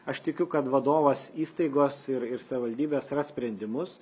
aš tikiu kad vadovas įstaigos ir ir savivaldybės ras sprendimus